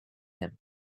him